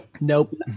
Nope